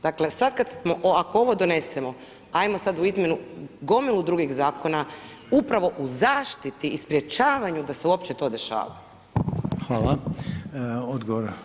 Dakle ako ovo donesemo, ajmo sad u izmjenu gomilu drugih zakona upravo u zaštiti i sprečavanju da se uopće to dešava.